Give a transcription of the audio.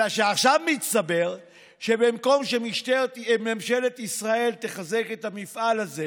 אלא שעכשיו הסתבר שבמקום שממשלת ישראל תחזק את המפעל הזה